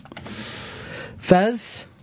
Fez